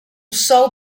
sol